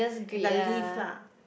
in the least lah